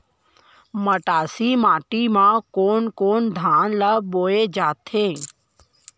मटासी माटी मा कोन कोन धान ला बोये जाथे?